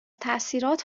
تاثیرات